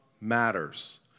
matters